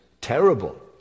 terrible